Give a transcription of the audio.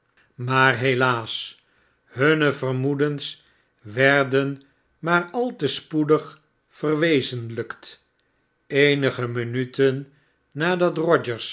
maar helaas hunne vermoedens werden maar al te spoedig verwezenlykt eenige minuten nadat